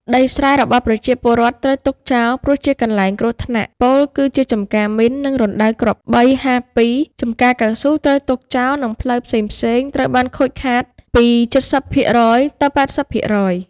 ដីស្រែរបស់ប្រជាពលរដ្ឋ ត្រូវទុកចោល ព្រោះជាកន្លែងគ្រោះថ្នាក់ ពោលគឺជាចម្ការមីន និងរណ្តៅគ្រាប់បី៥២ ចម្ការកៅស៊ូត្រូវទុកចោល និងផ្លូវផ្សេងៗត្រូវបានខូតខាតពី៧០ភាគរយ ទៅ៨០ភាគរយ។